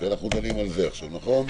שנקבעו בצו.